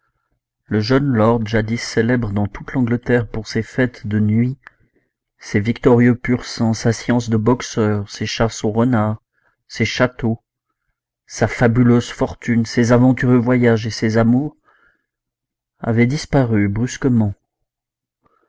le jeune lord jadis célèbre dans toute l'angleterre pour ses fêtes de nuit ses victorieux pur sang sa science de boxeur ses chasses au renard ses châteaux sa fabuleuse fortune ses aventureux voyages et ses amours avait disparu brusquement